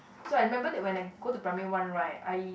so I remember that when I go to primary one right I